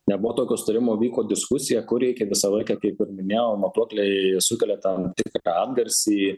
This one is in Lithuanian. nebuvo tokio sutarimo vyko diskusija kur reikia visą laiką kaip ir minėjau matuokliai sukelia tam tikrą atgarsį